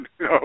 no